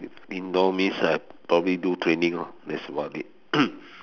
indoor means I probably do training lor that's about it